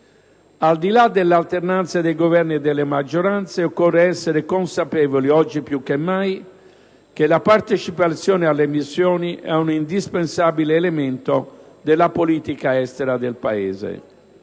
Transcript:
Al di là dell'alternarsi dei Governi e delle maggioranze, occorre essere consapevoli, oggi più che mai, che la partecipazione alle missioni è un indispensabile elemento della politica estera del Paese.